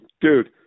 dude